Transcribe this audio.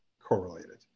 correlated